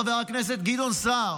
חבר הכנסת גדעון סער,